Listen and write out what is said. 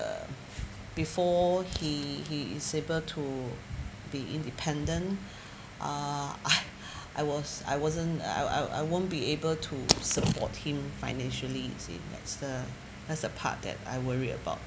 uh before he he is able to be independent uh I I was I wasn't uh oh I won't be able to support him financially you see that's the that's the part that I worried about